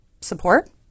support